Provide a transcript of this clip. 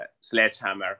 sledgehammer